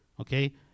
Okay